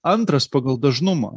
antras pagal dažnumo